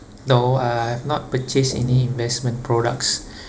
no uh I have not purchased any investment products